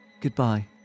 Goodbye